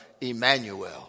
Emmanuel